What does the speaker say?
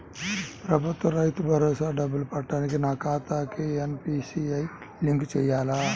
ప్రభుత్వ రైతు భరోసా డబ్బులు పడటానికి నా ఖాతాకి ఎన్.పీ.సి.ఐ లింక్ చేయాలా?